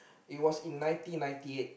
it was in nineteen ninety eight